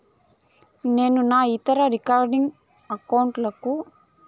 నేను నా ఇతర రికరింగ్ అకౌంట్ లకు అమౌంట్ ఎలా కట్టాలి?